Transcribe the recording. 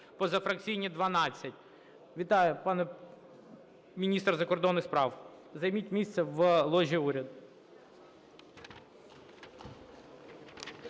позафракційні – 12. Вітаю, пане міністр закордонних справ. Займіть місце в ложі уряду.